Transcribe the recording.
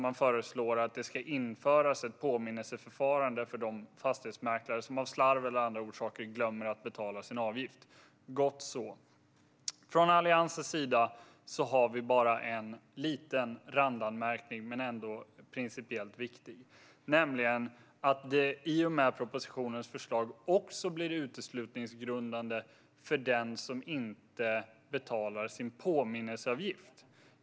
Man föreslår att det ska införas ett påminnelseförfarande för de fastighetsmäklare som av slarv eller andra orsaker glömmer att betala sin avgift - gott så. Från Alliansens sida har vi en liten randanmärkning som ändå är principiellt viktig, nämligen att det i och med propositionens förslag också blir uteslutningsgrundande att inte betala sin påminnelseavgift.